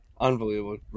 unbelievable